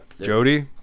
Jody